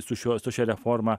su šiuo su šia reforma